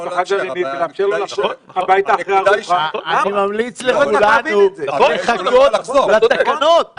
אני ממליץ לכולנו לחכות לתקנות.